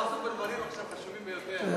הוא עסוק עכשיו בדברים חשובים ביותר,